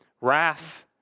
Wrath